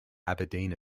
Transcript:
aberdeen